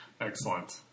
Excellent